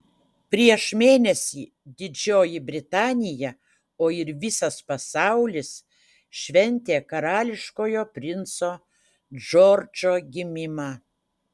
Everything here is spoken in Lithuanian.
prieš mėnesį didžioji britanija o ir visas pasaulis šventė karališkojo princo džordžo gimimą